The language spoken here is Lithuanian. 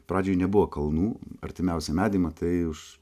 pradžioj nebuvo kalnų artimiausią medį matai už